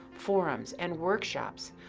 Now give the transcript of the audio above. forums, and workshops,